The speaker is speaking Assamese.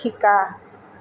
শিকা